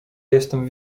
jestem